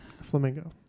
flamingo